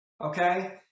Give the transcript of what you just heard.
okay